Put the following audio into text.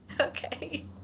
Okay